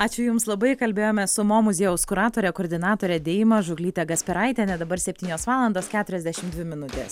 ačiū jums labai kalbėjome su mo muziejaus kuratore koordinatorė deima žuklyte kasperaitiene dabar septynios valandas keturiasdešimt dvi minutės